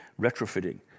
retrofitting